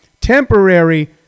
temporary